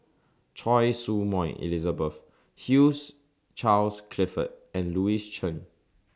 Choy Su Moi Elizabeth Hugh Charles Clifford and Louis Chen